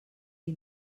qui